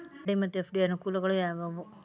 RD ಮತ್ತು FD ಯ ಅನುಕೂಲಗಳು ಯಾವವು?